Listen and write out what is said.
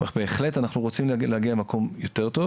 בהחלט אנחנו רוצים להגיע למקום יותר טוב